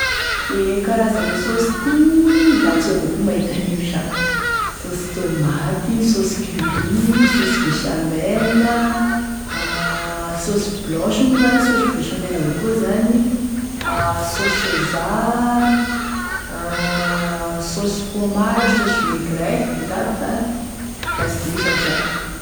Gne karazany e saosy ty, da aty avao koa e mahita an'io sha: saosy tomate, saosy curry, saosy béchamel, a saosy blanche moa zany saosy béchamel avao koa zany, saosy sôza, saosy fromage, saosy vinaigrette, izy aby moa zany, la sy diso iaho sa.